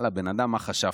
בן אדם, מה חשבת?